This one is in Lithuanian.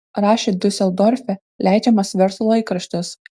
rašė diuseldorfe leidžiamas verslo laikraštis